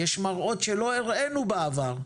יש מראות שלא הראנו בעבר.